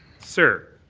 sir,